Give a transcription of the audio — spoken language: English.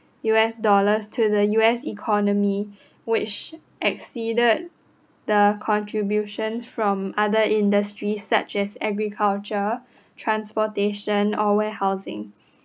U_S dollars to the U_S economy which exceeded the contributions from other industries such as agriculture transportation or warehousing